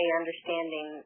understanding